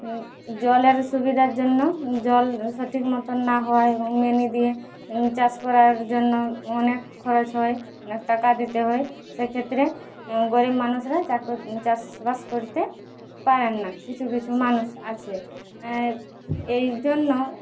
জলের সুবিধার জন্য জল সঠিক মতো না হওয়ায় মেনি দিয়ে চাষ করার জন্য অনেক খরচ হয় অনেক টাকা দিতে হয় সেক্ষেত্রে গরিব মানুষরা চা কর চাষবাস করতে পারেন না কিছু কিছু মানুষ আছে এই জন্য